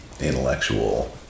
intellectual